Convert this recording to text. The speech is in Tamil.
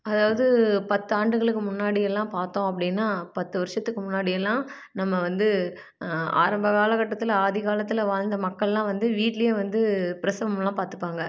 அதாவது பத்து ஆண்டுகளுக்கு முன்னாடியெல்லாம் பார்த்தோம் அப்படின்னா பத்து வருஷத்துக்கு முன்னாடியெல்லாம் நம்ம வந்து ஆரம்ப கால கட்டத்தில் ஆதி காலத்தில் வாழ்ந்த மக்கள் எல்லாம் வந்து வீட்லையே வந்து பிரசவம் எல்லாம் பார்த்துப்பாங்க